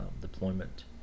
deployment